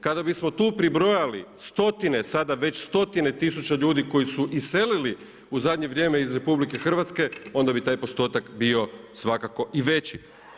Kada bismo tu pribrojali stotine, sada već stotine tisuća ljudi koji iselili u zadnje vrijeme iz RH, onda bi taj postotak bio svakako i veći.